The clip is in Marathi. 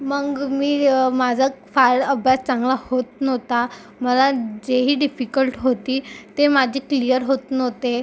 मग मी माझा फायल् अभ्यास चांगला होत नव्हता मला जे ही डिफीक्लट होती ते माझी क्लिअर होत नव्हते